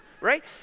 right